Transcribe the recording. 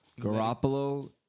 Garoppolo